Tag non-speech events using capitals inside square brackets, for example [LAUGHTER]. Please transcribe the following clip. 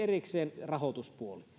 [UNINTELLIGIBLE] erikseen rahoituspuoli